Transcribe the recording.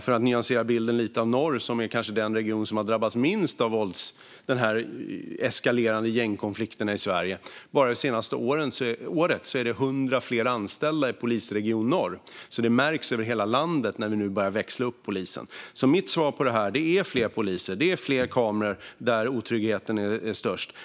För att nyansera bilden lite av Polisregion Nord, som kanske är den region som har drabbats minst av de eskalerande gängkonflikterna i Sverige, är det bara det senaste året 100 fler anställda i Polisregion Nord. Det märks alltså över hela landet när vi nu börjar växla upp polisen. Mitt svar på detta är därför fler poliser och fler kameror där otryggheten är störst.